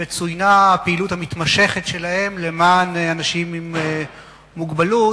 וצוינה הפעילות המתמשכת שלהם למען אנשים עם מוגבלות.